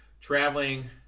Traveling